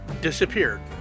disappeared